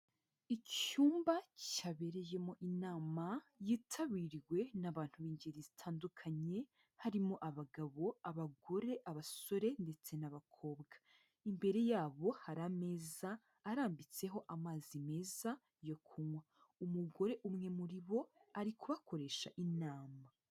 Icyumba cyabereyemo inama yitabiriwe n'abantu b'ingeri zitandukanye, harimo abagabo, abagore, abasore ndetse n'abakobwa, imbere yabo hari ameza arambitseho amazi meza yo kunywa, umugore umwe muri bo ari kubakoresha inama.